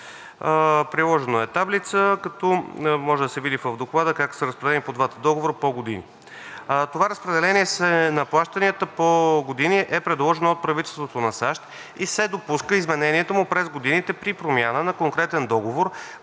Приложена е таблица, като може да се види в Доклада как са разпределени в двата договора по години. Това разпределение на плащанията по години е предложено от правителството на САЩ и се допуска изменението му през годините при промяна на конкретен договор